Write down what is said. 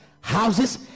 houses